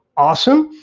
awesome.